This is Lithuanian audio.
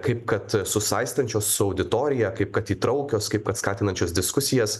kaip kad susaistančios su auditorija kaip kad įtraukios kaip kad skatinančios diskusijas